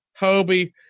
Hobie